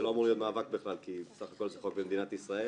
שלא אמור להיות מאבק בכלל כי בסך הכול זה חוק במדינת ישראל.